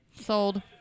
sold